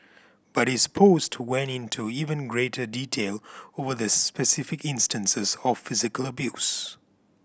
but his post went into even greater detail over the specific instances of physical abuse